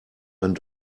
einen